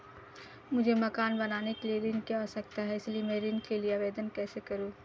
मुझे मकान बनाने के लिए ऋण की आवश्यकता है इसलिए मैं ऋण के लिए आवेदन कैसे करूं?